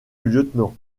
lieutenant